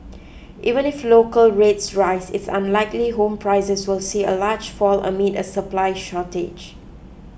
even if local rates rise it's unlikely home prices will see a large fall amid a supply shortage